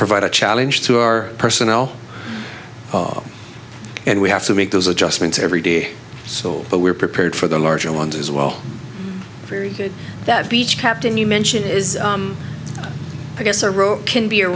provide a challenge to our personnel and we have to make those adjustments every day so but we're prepared for the larger ones as well very good that beach captain you mentioned is i guess a row can be